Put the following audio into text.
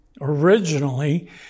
originally